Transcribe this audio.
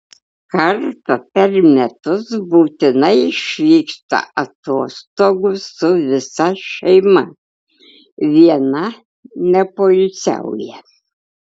kartą per metus būtinai išvyksta atostogų su visa šeima viena nepoilsiauja